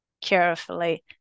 carefully